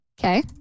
Okay